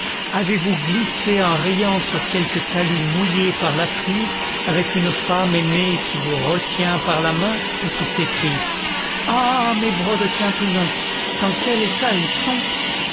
avez-vous glissé en riant sur quelque talus mouillé par la pluie avec une femme aimée qui vous retient par la main et qui s'écrie ah mes brodequins tout neufs dans quel état ils sont